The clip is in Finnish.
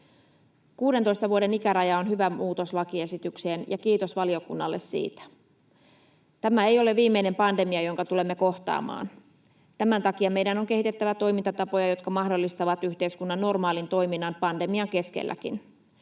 16 vuoden ikäraja on hyvä muutos lakiesitykseen, ja kiitos valiokunnalle siitä. Tämä ei ole viimeinen pandemia, jonka tulemme kohtaamaan. Tämän takia meidän on kehitettävä toimintatapoja, jotka mahdollistavat yhteiskunnan normaalin toiminnan pandemian keskelläkin.